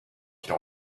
qu’il